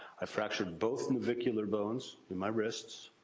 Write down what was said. i fractured both navicular bones in my wrists.